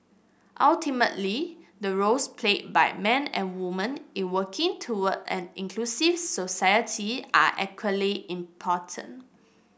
ultimately the roles played by men and women in working toward an inclusive society are equally important